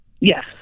Yes